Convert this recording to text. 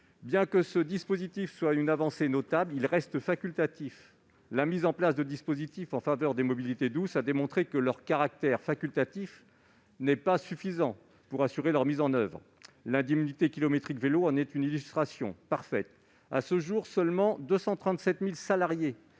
Bien que ce dispositif constitue une avancée notable, il reste facultatif. La mise en place de dispositifs en faveur des mobilités douces a démontré que leur caractère facultatif n'est pas suffisant pour assurer leur mise en oeuvre. L'indemnité kilométrique vélo en est une illustration parfaite : à ce jour, 237 000 salariés,